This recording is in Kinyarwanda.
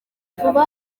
vuba